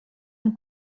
amb